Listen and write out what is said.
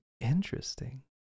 Interesting